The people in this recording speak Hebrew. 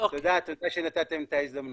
תודה, תודה שנתתם את ההזדמנות.